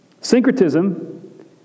Syncretism